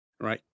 Right